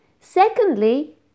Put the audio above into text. Secondly